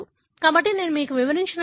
కాబట్టి నేను మీకు వివరించినది ఇదే